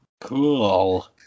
Cool